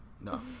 No